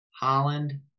Holland